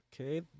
okay